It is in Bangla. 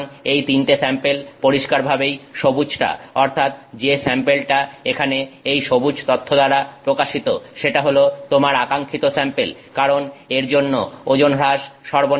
সুতরাং এই তিনটে স্যাম্পেলে পরিষ্কারভাবেই সবুজটা অর্থাৎ যে স্যাম্পেলটা এখানে এই সবুজ তথ্য দ্বারা প্রকাশিত সেটা হল তোমার আকাঙ্ক্ষিত স্যাম্পেল কারণ এর জন্য ওজন হ্রাস সর্বনিম্ন